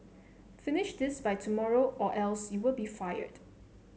finish this by tomorrow or else you'll be fired